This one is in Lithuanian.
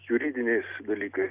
juridiniais dalykais